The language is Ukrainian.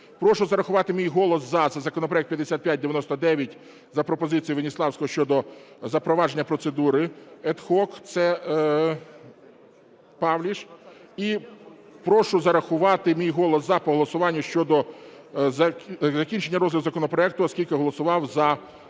"Прошу зарахувати мій голос "за" за законопроект 5599 за пропозицією Веніславського щодо запровадження процедури ad hoc". Це Павліш. І "Прошу зарахувати мій голос "за" по голосуванню щодо закінчення розгляду законопроекту, оскільки голосував за 5599 двома